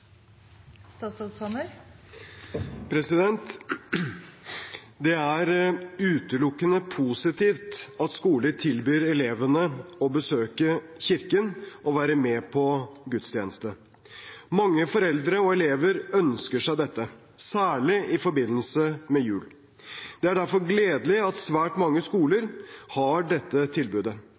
utelukkende positivt at skoler tilbyr elevene å besøke kirken og være med på gudstjeneste. Mange foreldre og elever ønsker seg dette, særlig i forbindelse med jul. Det er derfor gledelig at svært mange skoler har dette tilbudet.